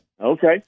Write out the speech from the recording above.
Okay